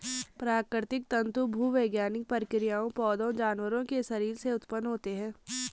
प्राकृतिक तंतु भूवैज्ञानिक प्रक्रियाओं, पौधों, जानवरों के शरीर से उत्पन्न होते हैं